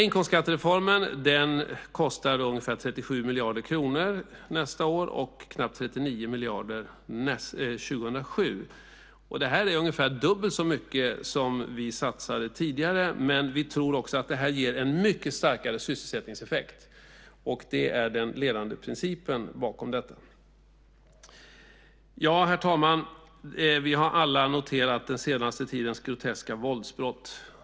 Inkomstskattereformen kostar ungefär 37 miljarder kronor nästa år och knappt 39 miljarder 2007. Det är ungefär dubbelt så mycket som vi satsade tidigare, men vi tror också att det ger en mycket starkare sysselsättningseffekt. Det är den ledande principen bakom detta. Herr talman! Vi har alla noterat den senaste tidens groteska våldsbrott.